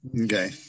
Okay